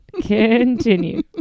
Continue